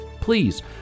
Please